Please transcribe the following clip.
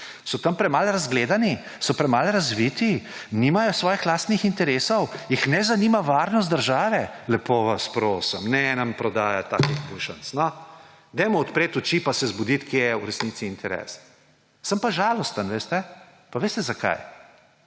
So tam premalo razgledani? So premalo razviti, nimajo svojih lastnih interesov? Jih ne zanima varnost države? Lepo vas prosim, ne nam prodajati takšnih bučnic, no! Odprimo oči in se zbudimo, kje je v resnici interes. Sem pa žalosten, veste. Pa veste, zakaj?